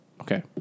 Okay